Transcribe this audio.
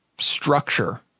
Structure